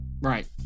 Right